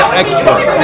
expert